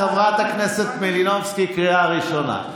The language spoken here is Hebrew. חברת הכנסת מלינובסקי, קריאה ראשונה.